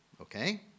okay